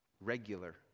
regular